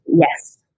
Yes